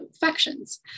factions